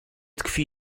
tkwi